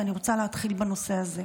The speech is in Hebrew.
ואני רוצה להתחיל בנושא הזה,